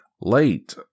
late